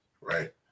right